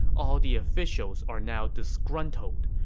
all the officials are now disgruntled,